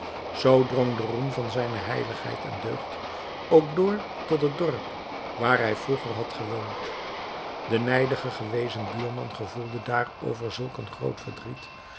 drong de roem van zijne heiligheid en deugd ook door tot het dorp waar hij vroeger had gewoond de nijdige gewezen buurman gevoelde daarover zulk een groot verdriet